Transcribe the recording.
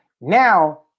Now